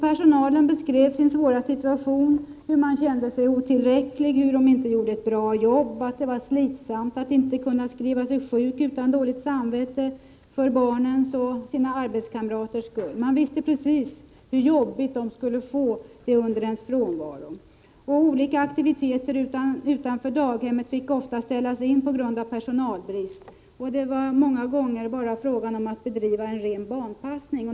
Personalen beskrev sin svåra situation: den kände sig otillräcklig, den kände att den inte gjorde ett bra jobb, det var slitsamt att inte kunna sjukskriva sig utan dåligt samvete för barnens och arbetskamraternas skull. Man visste precis hur jobbigt arbetskamraterna skulle få det, om någon var frånvarande. Olika aktiviteter utanför daghemmet fick ofta ställas in på grund av personalbrist. Det var många gånger bara fråga om att bedriva en ren barnpassning.